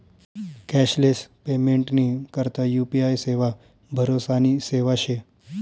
cashless पेमेंटनी करता UPI सेवा भरोसानी सेवा शे